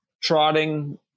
trotting